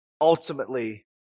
ultimately